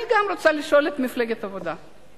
אני גם רוצה לשאול את מפלגת העבודה: